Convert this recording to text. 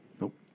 Nope